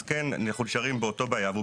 אז כן אנחנו נשארים באותה בעיה והוא